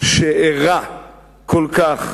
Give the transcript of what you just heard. שהרע כל כך